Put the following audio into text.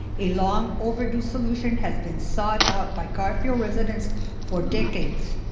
a long-overdue solution has been sought out by garfield residents for decades.